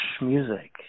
music